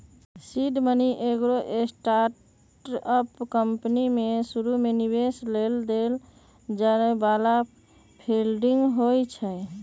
seed money एगो startup company में शुरुमे निवेश लेल देल जाय बला फंडिंग होइ छइ